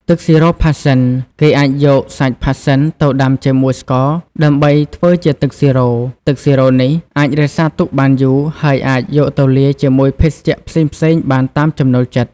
ទឹកស៊ីរ៉ូផាសសិន គេអាចយកសាច់ផាសសិនទៅដាំជាមួយស្ករដើម្បីធ្វើជាទឹកស៊ីរ៉ូ។ ទឹកស៊ីរ៉ូនេះអាចរក្សាទុកបានយូរ ហើយអាចយកទៅលាយជាមួយភេសជ្ជៈផ្សេងៗបានតាមចំណូលចិត្ត។